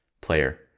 player